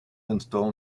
install